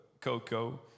Coco